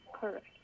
correct